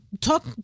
Talk